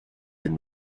been